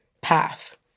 path